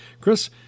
Chris